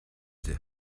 the